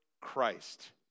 Christ